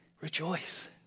rejoice